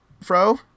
fro